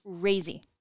Crazy